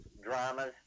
dramas